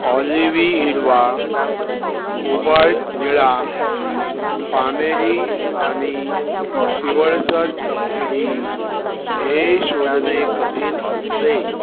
ऑलिवी हिरवा कोबाल्ट निळा पाणेरी आणि पिवळसर तपकिरी हे शोधणे कठीण असते